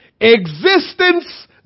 Existence